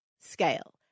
scale